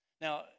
Now